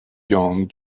young